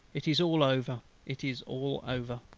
it is all over it is all over.